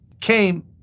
came